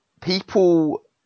people